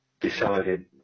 decided